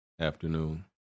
afternoon